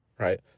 Right